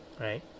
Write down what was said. right